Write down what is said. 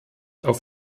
auf